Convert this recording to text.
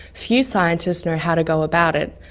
few scientists know how to go about it,